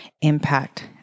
impact